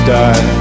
die